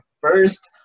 first